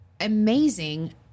amazing